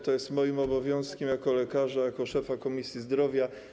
To jest moim obowiązkiem jako lekarza, jako szefa Komisji Zdrowia.